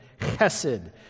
Chesed